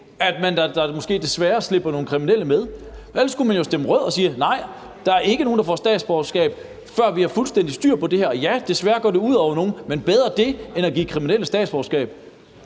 at der desværre kommer nogle kriminelle med. Ellers skulle man jo stemme rødt og sige: Nej, der er ikke nogen, der får statsborgerskab, før vi har fuldstændig styr på det her, og ja, desværre går det ud over nogle, men det er bedre end at give kriminelle statsborgerskab.